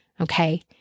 Okay